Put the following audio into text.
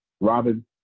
Robin